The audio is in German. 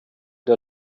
der